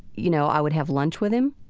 you know, i would have lunch with him?